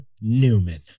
Newman